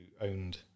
owned